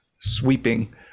sweeping